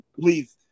please